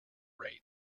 rate